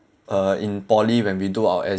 uh in poly when we do our